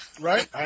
Right